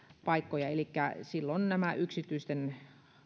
paikkoja elikkä silloin näille yksityisten